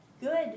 good